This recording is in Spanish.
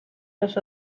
los